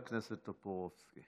חבר הכנסת טופורובסקי.